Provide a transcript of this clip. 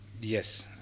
Yes